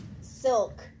silk